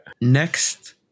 Next